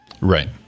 Right